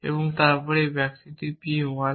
এবং তারপর সেই বাক্যটি p 1